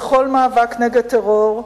בכל מאבק נגד טרור,